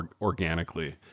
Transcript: organically